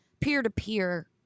peer-to-peer